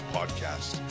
Podcast